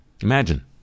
Imagine